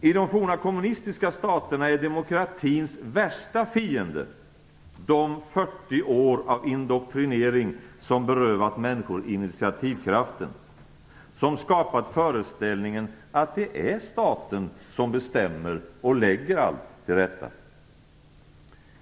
I de forna kommunistiska staterna är demokratins värsta fiende de 40 år av indoktrinering som berövat människor initiativkraften, som skapat föreställningen att det är staten som bestämmer och lägger allt till rätta.